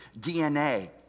DNA